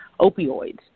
opioids